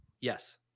Yes